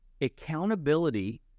accountability